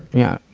yeah.